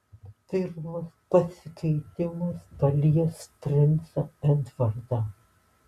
pirmas pasikeitimas palies princą edvardą